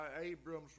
Abram's